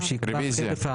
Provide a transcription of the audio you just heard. רביזיה.